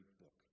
book